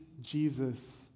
Jesus